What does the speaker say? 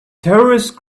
terrorist